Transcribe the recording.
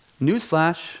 Newsflash